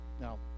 now